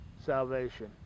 salvation